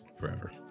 Forever